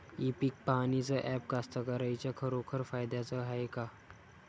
इ पीक पहानीचं ॲप कास्तकाराइच्या खरोखर फायद्याचं हाये का?